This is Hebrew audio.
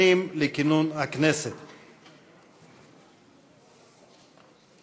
שנים לכינון הכנסת בט"ו בשבט 3 היו"ר יולי יואל אדלשטיין: